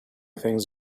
things